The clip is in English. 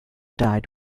died